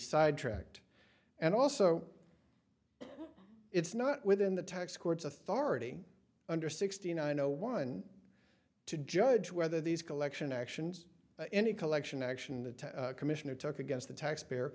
sidetracked and also it's not within the tax court's authority under sixty nine zero one to judge whether these collection actions any collection action the commissioner took against the taxpayer